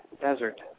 desert